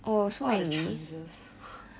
what are the chances